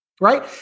Right